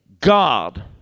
God